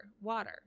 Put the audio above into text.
water